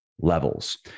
levels